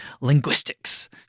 linguistics